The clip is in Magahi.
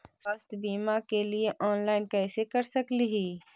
स्वास्थ्य बीमा के लिए ऑनलाइन कैसे कर सकली ही?